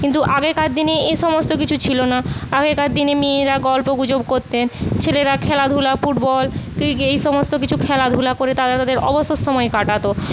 কিন্তু আগেকার দিনে এ সমস্ত কিছু ছিল না আগেকার দিনে মেয়েরা গল্পগুজব করতেন ছেলেরা খেলাধুলা ফুটবল ক্রিকেট এই সমস্ত কিছু খেলাধুলা করে তারা তাদের অবসর সময় কাটাতো